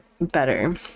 better